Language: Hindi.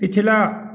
पिछला